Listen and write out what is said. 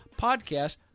podcast